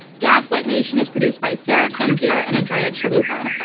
gaslit nation is produced by sarah kendzior and andrea chalupa.